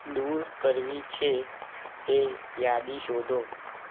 દૂર કરવી છે તે યાદી શોધો